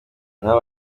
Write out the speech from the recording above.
nabo